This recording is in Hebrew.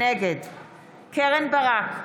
נגד קרן ברק,